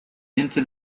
into